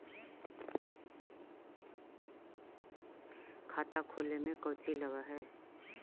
खाता खोले में कौचि लग है?